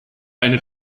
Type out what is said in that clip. eine